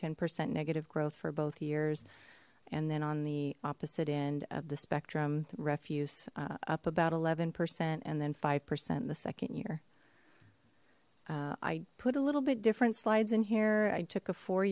ten percent negative growth for both years and then on the opposite end of the spectrum refuse up about eleven percent and then five percent the second year i put a little bit different slides in here i took a four